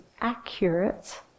accurate